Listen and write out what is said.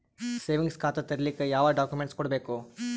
Savings ಖಾತಾ ತೇರಿಲಿಕ ಯಾವ ಡಾಕ್ಯುಮೆಂಟ್ ಕೊಡಬೇಕು?